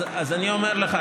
אז אני אומר לך,